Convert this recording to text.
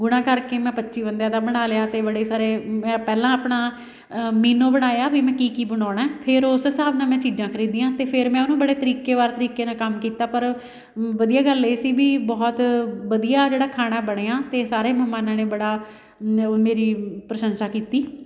ਗੁਣਾ ਕਰਕੇ ਮੈਂ ਪੱਚੀ ਬੰਦਿਆਂ ਦਾ ਬਣਾ ਲਿਆ ਅਤੇ ਬੜੇ ਸਾਰੇ ਮੈਂ ਪਹਿਲਾਂ ਆਪਣਾ ਮੀਨੂ ਬਣਾਇਆ ਵੀ ਮੈਂ ਕੀ ਕੀ ਬਣਾਉਣਾ ਫੇਰ ਉਸ ਹਿਸਾਬ ਨਾਲ ਮੈਂ ਚੀਜ਼ਾਂ ਖਰੀਦੀਆਂ ਅਤੇ ਫਿਰ ਮੈਂ ਉਹਨੂੰ ਬੜੇ ਤਰੀਕੇ ਵਾਰ ਤਰੀਕੇ ਨਾਲ ਕੰਮ ਕੀਤਾ ਪਰ ਵਧੀਆ ਗੱਲ ਇਹ ਸੀ ਵੀ ਬਹੁਤ ਵਧੀਆ ਜਿਹੜਾ ਖਾਣਾ ਬਣਿਆ ਅਤੇ ਸਾਰੇ ਮਹਿਮਾਨਾਂ ਨੇ ਬੜਾ ਮੇ ਮੇਰੀ ਪ੍ਰਸ਼ੰਸਾ ਕੀਤੀ